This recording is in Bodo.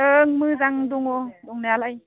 ओं मोजां दङ दंनायालाय